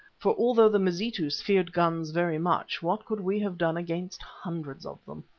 for although the mazitus feared guns very much, what could we have done against hundreds of them?